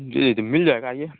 जी जी मिल जाएगा आइए